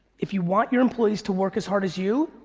if you want your employees to work as hard as you,